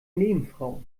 nebenfrau